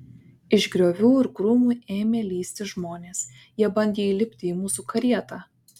iš griovių ir krūmų ėmė lįsti žmonės jie bandė įlipti į mūsų karietą